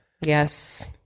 Yes